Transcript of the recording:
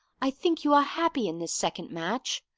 i think you are happy in this second match,